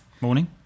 Morning